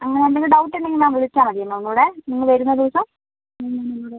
അങ്ങനെ എന്തെങ്കിലും ഡൌട്ട് ഉണ്ടെങ്കിൽ മാം വിളിച്ചാൽ മതി എന്നെ ഒന്നുകൂടെ നിങ്ങൾ വരുന്ന ദിവസം എന്നാൽ ഞങ്ങൾ